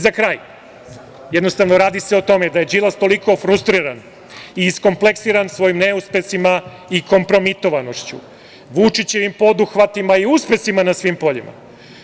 Za kraj, jednostavno, radi se o tome da je Đilas toliko frustriran i iskompleksiran svojim neuspesima i kompromitovanošću, Vučićevim poduhvatima i uspesima na svim poljima.